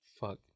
Fuck